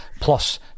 plus